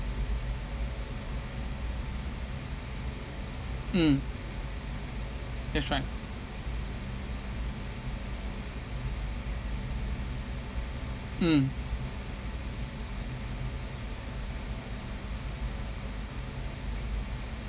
mm that's right mm